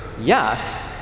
Yes